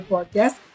Podcast